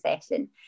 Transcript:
session